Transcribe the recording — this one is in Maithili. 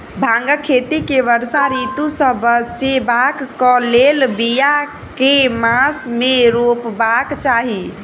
भांगक खेती केँ वर्षा ऋतु सऽ बचेबाक कऽ लेल, बिया केँ मास मे रोपबाक चाहि?